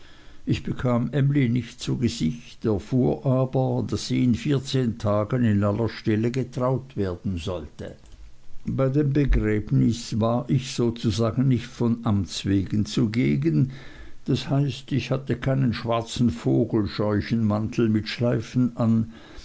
ich bekam emly nicht zu gesicht erfuhr aber daß sie in vierzehn tagen in aller stille getraut werden sollte bei dem begräbnis war ich sozusagen nicht von amts wegen zugegen das heißt ich hatte keinen schwarzen vogelscheuchenmantel mit schleifen an